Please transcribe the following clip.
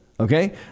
Okay